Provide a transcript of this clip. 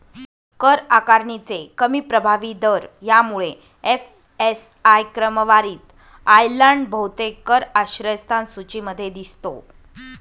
कर आकारणीचे कमी प्रभावी दर यामुळे एफ.एस.आय क्रमवारीत आयर्लंड बहुतेक कर आश्रयस्थान सूचीमध्ये दिसतो